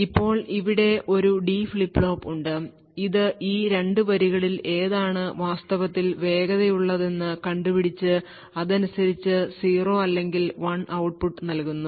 ഇപ്പോൾ ഇവിടെ ഒരു ഡി ഫ്ലിപ്പ് ഫ്ലോപ്പ് ഉണ്ട് ഇത് ഈ 2 വരികളിൽ ഏതാണ് വാസ്തവത്തിൽ വേഗതയുള്ളതെന്നു കണ്ടുപിടിച്ചു അതിനനുസരിച്ച് 0 അല്ലെങ്കിൽ 1 ഔട്ട്പുട്ട് നൽകുന്നു